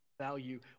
Value